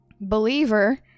believer